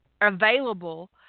available